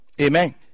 Amen